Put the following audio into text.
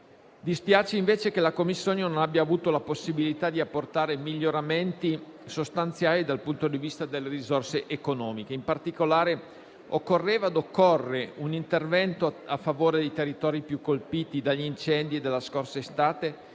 Dispiace invece che la Commissione non abbia avuto la possibilità di apportare miglioramenti sostanziali dal punto di vista delle risorse economiche. In particolare, occorreva e occorre un intervento a favore dei territori più colpiti dagli incendi della scorsa estate,